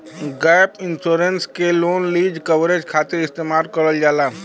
gap insurance के loan lease coverage खातिर इस्तेमाल करल जाला